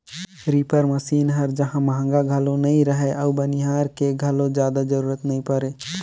reaper machine हर जहां महंगा घलो नई रहें अउ बनिहार के घलो जादा जरूरत नई परे